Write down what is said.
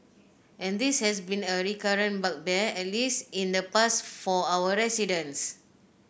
and this has been a recurrent bugbear at least in the past for our residents